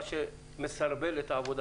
מה שמסרבל את העבודה